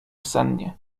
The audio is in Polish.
sennie